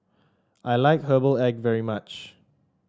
I like Herbal Egg very much